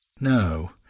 No